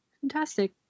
fantastic